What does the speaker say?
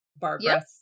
Barbara